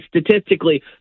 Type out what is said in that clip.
statistically